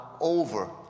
over